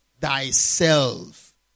thyself